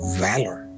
valor